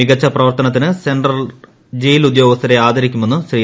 മികച്ച പ്രവർത്തനത്തിന് central jail ഉദ്യോഗസ്ഥരെ ആദരിക്കുമെന്ന് ശ്രീ